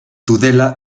tudela